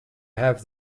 have